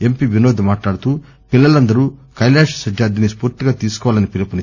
MP Vinod మాట్లాడుతూ పిల్లలందరూ కైలాశ్ సత్యార్థిని స్పూర్తిగా తీసుకోవాలని పిలుపునిచ్చారు